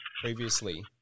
previously